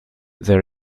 there